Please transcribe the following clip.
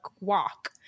walk